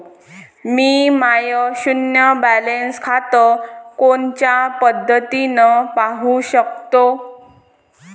मी माय शुन्य बॅलन्स खातं कोनच्या पद्धतीनं पाहू शकतो?